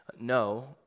no